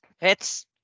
pets